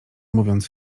mówiąc